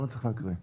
מי בעד פסקה (3),